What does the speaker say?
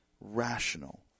rational